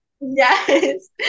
Yes